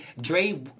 Dre